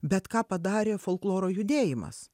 bet ką padarė folkloro judėjimas